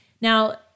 Now